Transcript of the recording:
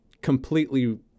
completely